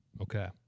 Okay